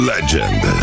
Legend